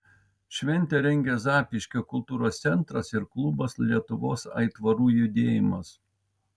šventę rengia zapyškio kultūros centras ir klubas lietuvos aitvarų judėjimas